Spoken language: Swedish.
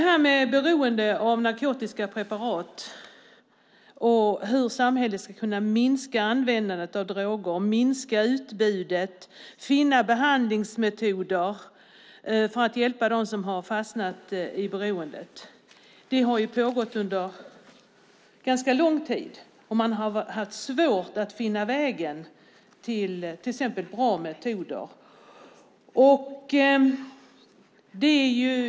När det gäller beroende av narkotiska preparat har samhällets arbete för att minska användandet av droger och minska utbudet och finna behandlingsmetoder för att hjälpa dem som har fastnat i beroendet pågått under ganska lång tid, och man har haft svårt att finna vägen till bra metoder.